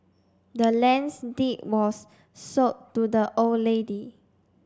the land's deed was sold to the old lady